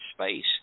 space